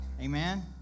Amen